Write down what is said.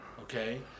Okay